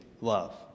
love